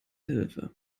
hilfe